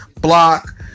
block